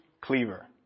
Cleaver